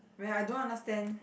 and I don't understand